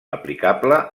aplicable